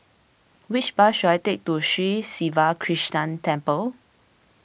which bus should I take to Sri Siva Krishna Temple